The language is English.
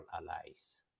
allies